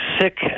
sick